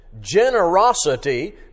generosity